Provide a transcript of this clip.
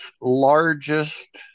largest